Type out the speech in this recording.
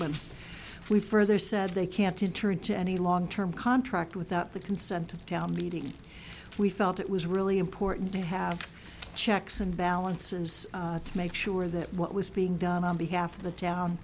but we further said they can't to turn into any long term contract without the consent of the town meeting we felt it was really important to have checks and balances to make sure that what was being done on behalf of the town